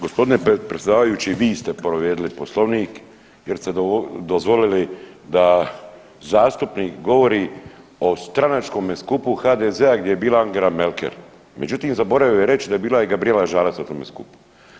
Gospodine predsjedavajući vi ste povrijedili poslovnik jer ste dozvolili da zastupnik govori o stranačkom skupu HDZ-a gdje je bila Angela Merkel, međutim zaboravio je reći da je bila i Gabrijela Žalac na tom skupu.